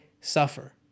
suffer